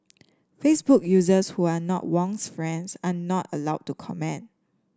Facebook users who are not Wong's friends are not allowed to comment